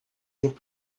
jours